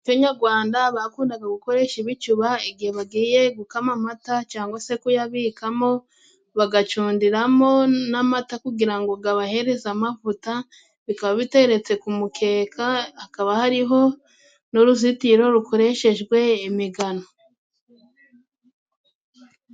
Mu muco nyagwanda bakundaga gukoresha ibicuba. Igihe bagiye gukama amata cangwa se kuyabikamo, bagacundiramo n'amata kugira ngo gabahereze amavuta, bikaba biteretse ku mukeka, hakaba hariho n'uruzitiro rukoreshejwe imigano.